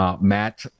Matt